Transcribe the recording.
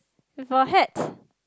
with a hat